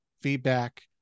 feedback